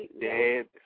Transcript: dead